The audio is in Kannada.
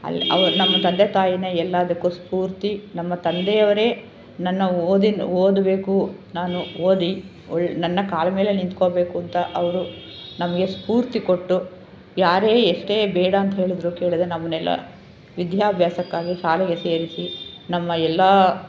ಅಲ್ಲಿ ಅವರು ನಮ್ಮ ತಂದೆ ತಾಯಿಯೇ ಎಲ್ಲದಕ್ಕೂ ಸ್ಪೂರ್ತಿ ನಮ್ಮ ತಂದೆಯವರೇ ನನ್ನ ಓದಿನ್ ಓದಬೇಕು ನಾನು ಓದಿ ಒಳ್ ನನ್ನ ಕಾಲಮೇಲೆ ನಿಂತ್ಕೊಬೇಕು ಅಂತ ಅವರು ನಮಗೆ ಸ್ಪೂರ್ತಿ ಕೊಟ್ಟು ಯಾರೇ ಎಷ್ಟೇ ಬೇಡ ಅಂತ ಹೇಳಿದರೂ ಕೇಳದೇ ನಮ್ಮನ್ನೆಲ್ಲ ವಿದ್ಯಾಭ್ಯಾಸಕ್ಕಾಗಿ ಶಾಲೆಗೆ ಸೇರಿಸಿ ನಮ್ಮ ಎಲ್ಲ